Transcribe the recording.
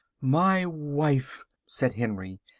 my wife, said henry,